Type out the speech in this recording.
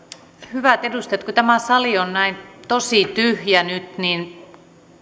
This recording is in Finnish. hyvät edustajat kun tämä sali on nyt tosi tyhjä niin